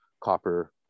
copper